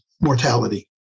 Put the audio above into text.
mortality